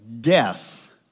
death